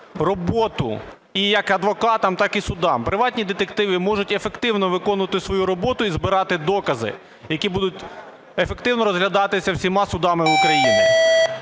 роботу і як адвокатам, так і судам. Приватні детективи можуть ефективно виконувати свою роботу і збирати докази, які будуть ефективно розглядатися всіма судами України.